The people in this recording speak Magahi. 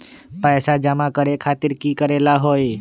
पैसा जमा करे खातीर की करेला होई?